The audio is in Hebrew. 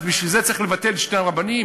אז בשביל זה צריך לבטל את שני הרבנים?